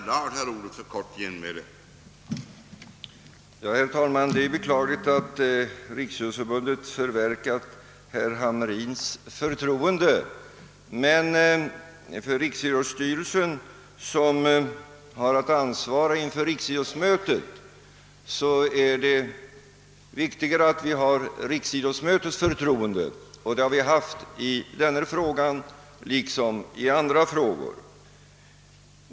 Herr talman! Det är beklagligt att Riksidrottsförbundet = förverkat herr Hamrins i Jönköping förtroende, men för Riksidrottsstyrelsen som ansvarar inför Riksidrottsmötet är det viktigare alt vi har Riksidrottsmötets förtroende, vilket vi också haft i denna liksom i andra frågor.